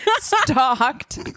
stalked